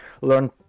learn